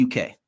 UK